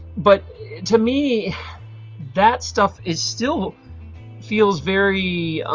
but to me that stuff is still feels very